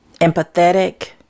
empathetic